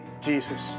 Jesus